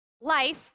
Life